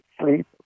sleep